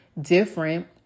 different